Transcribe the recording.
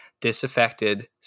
disaffected